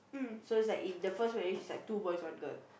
so is like in the first marriage is like two boys one girl